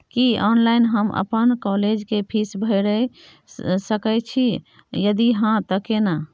की online हम अपन college के फीस भैर सके छि यदि हाँ त केना?